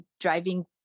driving